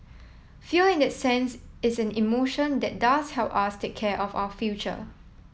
fear in that sense is an emotion that does help us take care of our future